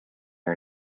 her